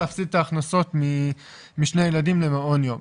להפסיד הכנסות משני ילדים במעון יום.